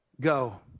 Go